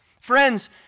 Friends